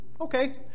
Okay